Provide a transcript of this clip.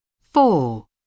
Four